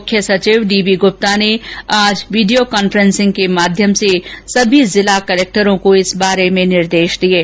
मुख्य सचिव D B Gupta ने आज वीडियो कॉन्फ्रेंसिंग के माध्यम से सभी जिला कलेक्टरों को इस बारे में निर्देश दिये हैं